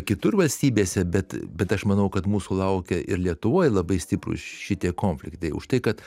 kitur valstybėse bet bet aš manau kad mūsų laukia ir lietuvoj labai stiprūs šitie konfliktai už tai kad